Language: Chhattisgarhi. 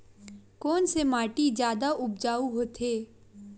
कोन से माटी जादा उपजाऊ होथे?